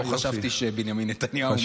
לא חשבתי שבנימין נתניהו מטיס את המטוס.